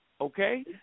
okay